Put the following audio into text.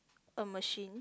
a machine